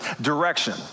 direction